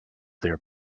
their